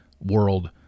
world